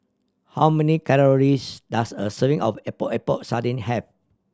how many calories does a serving of Epok Epok Sardin have